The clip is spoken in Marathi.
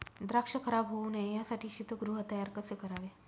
द्राक्ष खराब होऊ नये यासाठी शीतगृह तयार कसे करावे?